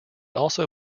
also